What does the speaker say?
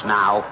now